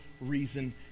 reason